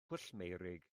pwllmeurig